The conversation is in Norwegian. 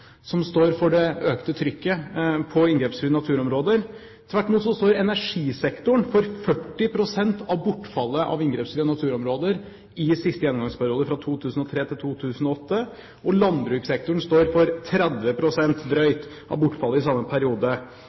som står for det økte trykket på inngrepsfrie naturområder. Tvert imot står energisektoren for 40 pst. av bortfallet av inngrepsfrie naturområder i siste gjennomgangsperiode fra 2003 til 2008, og landbrukssektoren står for drøyt 30 pst. av bortfallet i samme periode.